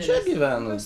čia gyvena